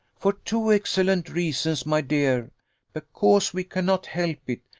for two excellent reasons, my dear because we cannot help it,